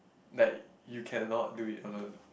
like you cannot do it on a